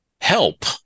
Help